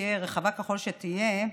תהיה רחבה ככל שתהיה,